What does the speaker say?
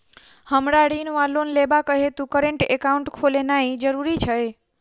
हमरा ऋण वा लोन लेबाक हेतु करेन्ट एकाउंट खोलेनैय जरूरी छै?